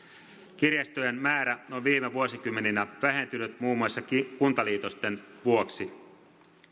kirjastojen määrä on viime vuosikymmeninä vähentynyt muun muassa kuntaliitosten vuoksi